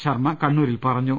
ശർമ്മ കണ്ണൂരിൽ പറഞ്ഞു